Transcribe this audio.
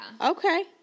Okay